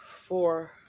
four